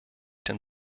den